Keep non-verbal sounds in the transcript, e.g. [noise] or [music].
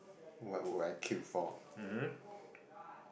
what will I queue for [breath]